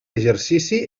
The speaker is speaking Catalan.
exercici